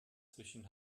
zwischen